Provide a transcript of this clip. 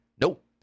Nope